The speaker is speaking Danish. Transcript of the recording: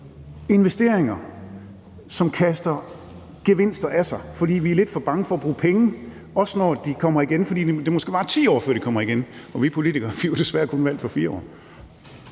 investeringer, som kaster gevinster af sig, fordi vi er lidt for bange for at bruge penge – også når de kommer igen. For det varer måske 10 år, før de kommer igen, og vi politikere bliver desværre kun valgt for 4 år.